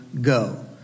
go